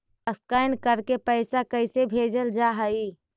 Scan करके पैसा कैसे भेजल जा हइ?